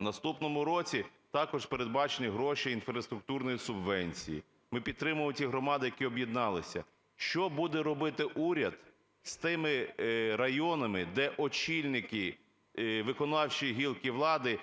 в наступному році також передбачені гроші інфраструктурної субвенції, ми підтримуємо ті громади, які об'єдналися. Що буде робити уряд з тими районами, де очільники виконавчої гілки влади